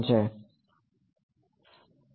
તેથી તે કેવી રીતે ઉકેલવું